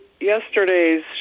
yesterday's